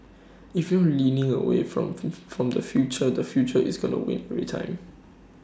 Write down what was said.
if you're leaning away from from the future the future is gonna win every time